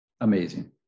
Amazing